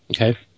Okay